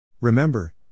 Remember